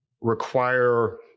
require